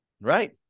Right